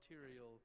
material